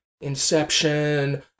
Inception